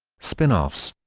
spin-offs